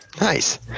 Nice